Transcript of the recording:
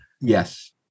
Yes